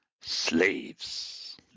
slaves